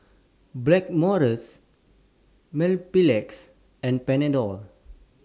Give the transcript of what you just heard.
Blackmores Mepilex and Panadol